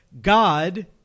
God